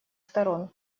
сторон